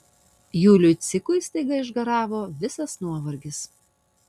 juliui cikui staiga išgaravo visas nuovargis